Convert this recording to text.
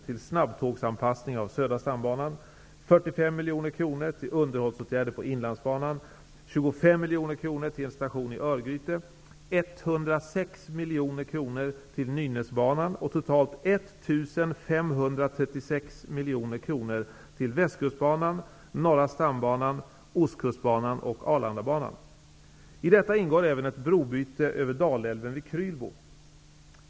till snabbtågsanpassning på södra stambanan, 45 mkr. till underhållsåtgärder på inlandsbanan, 25 mkr till en station i Örgryte, Dalälven vid Krylbo.